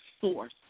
source